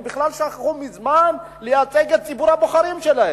הם בכלל שכחו מזמן לייצג את ציבור הבוחרים שלהם.